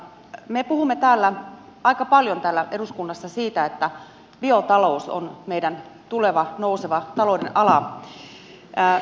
me puhumme täällä eduskunnassa aika paljon siitä että biotalous on meidän tuleva nouseva talouden ala